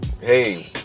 hey